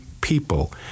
people